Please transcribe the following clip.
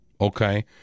Okay